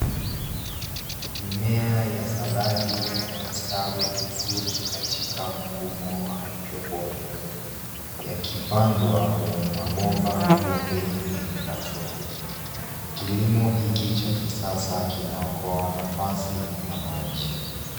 Mimea ya saladi yanastawi vizuri katika mfumo wa hydroponic , yakipandwa kwenye mabomba meupe yenye matundu. Kilimo hiki cha kisasa kinaokoa nafasi na maji.